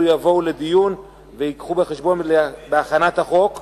יבואו לדיון ויובאו בחשבון בהכנת החוק.